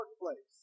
workplace